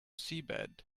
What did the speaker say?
seabed